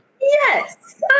Yes